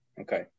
Okay